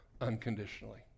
unconditionally